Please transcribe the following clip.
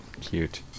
Cute